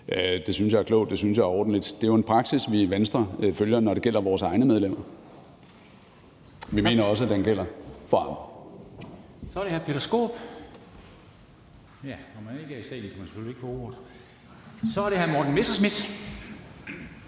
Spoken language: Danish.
Det synes jeg er klogt, det synes jeg er ordentligt. Det er jo en praksis, vi i Venstre følger, når det gælder vores egne medlemmer, og vi mener også, at den gælder for andre. Kl. 10:20 Formanden (Henrik Dam Kristensen): Så er det hr. Morten Messerschmidt.